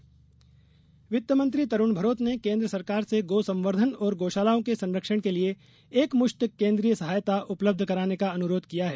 केन्द्रीय सहायता वित्त मंत्री तरूण भनोत ने केन्द्र सरकार से गौ संवर्धन और गौशालाओं के संरक्षण के लिए एक मुश्त केन्द्रीय सहायता उपलब्ध कराने का अनुरोध किया है